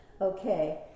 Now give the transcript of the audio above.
Okay